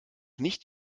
nicht